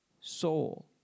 soul